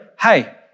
hey